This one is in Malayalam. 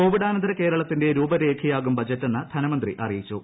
കോവിഡാനന്തര കേരളത്തിന്റെ രൂപരേഖയാകും ബജറ്റെന്ന് ധനമന്ത്രി അറിയിച്ചു